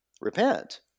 Repent